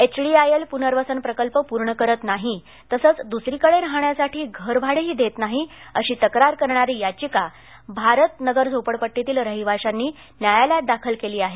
HDIL पुनर्वसन प्रकल्प पूर्ण करत नाही तसंच दुसरीकडे राहण्यासाठी घरभाडेही देत नाही अशी तक्रार करणारी याधिका भारत नगर झोपडपट्टीतील रहिवाशांनी न्यायालयात दाखल केली आहे